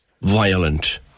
violent